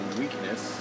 weakness